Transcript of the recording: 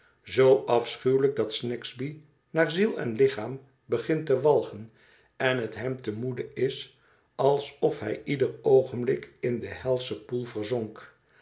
zoo afschuwelijk dat snagsby naar ziel en lichaam begint te walgen en het hem te moede is alsof hij ieder oogenblik in den helschen poel verzonk